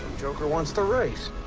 joker wants to race